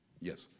Yes